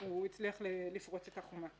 הוא הצליח לפרוץ את החומה.